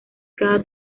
cada